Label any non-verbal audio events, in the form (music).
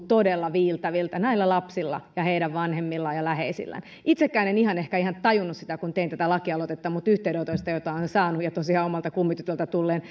(unintelligible) todella viiltäviltä näille lapsille ja heidän vanhemmilleen ja läheisilleen itsekään en ihan ehkä tajunnut sitä kun tein tätä lakialoitetta mutta yhteydenotoista joita olen saanut ja tosiaan omalta kummitytöltä tulleen (unintelligible)